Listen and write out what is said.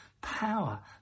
power